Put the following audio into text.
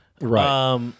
Right